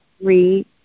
three